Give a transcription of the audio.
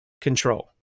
control